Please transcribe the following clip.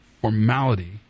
formality